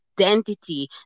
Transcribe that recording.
identity